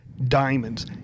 diamonds